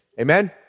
Amen